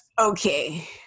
Okay